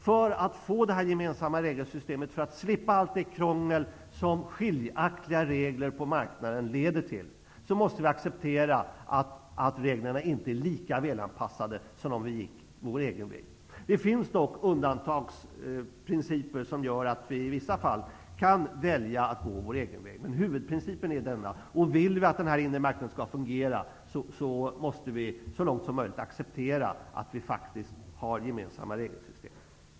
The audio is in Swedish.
För att få det gemensamma regelsystemet och för att slippa allt krångel som skilda regler på marknaden leder till måste vi acceptera att reglerna inte är lika välanpassade som om vi gick vår egen väg. Det finns dock undantagsprinciper som gör att vi i vissa fall kan välja att gå vår egen väg. Men om vi vill att den inre marknaden skall fungera måste vi så långt som möjligt acceptera att vi har gemensamma regelsystem.